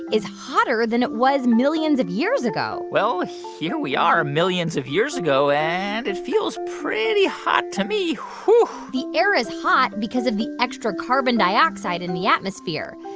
is hotter than it was millions of years ago well, here we are millions of years ago, and it feels pretty hot to me the air is hot because of the extra carbon dioxide in the atmosphere.